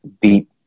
beat